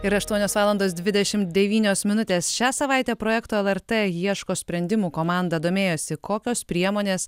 yra aštuonios valandos dvidešimt devynios minutės šią savaitę projekto lrt ieško sprendimų komanda domėjosi kokios priemonės